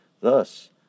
Thus